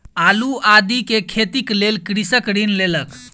आलू आदि के खेतीक लेल कृषक ऋण लेलक